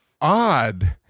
odd